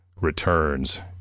returns